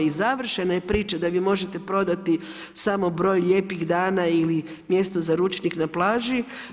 I završena je priča da vi možete prodati samo broj lijepih dana ili mjesto za ručnik na plaži.